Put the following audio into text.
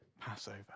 Passover